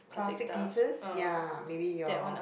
classic pieces ya maybe your